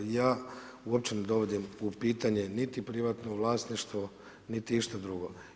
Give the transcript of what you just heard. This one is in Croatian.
Ja uopće ne dovodim u pitanje niti privatno vlasništvo niti išta drugo.